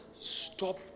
Stop